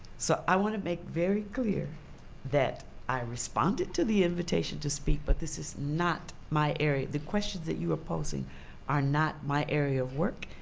so i want to make very clear that i responded to the invitation to speak, but this is not my area. the questions that you are posing are not my area of work,